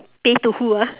pay to who ah